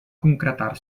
concretar